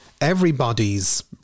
Everybody's